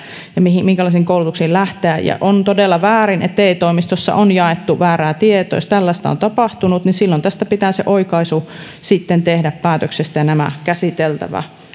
ja minkälaisiin koulutuksiin lähteä on todella väärin että te toimistoissa on jaettu väärää tietoa jos tällaista on tapahtunut niin silloin tästä päätöksestä pitää se oikaisu sitten tehdä ja nämä on